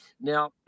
Now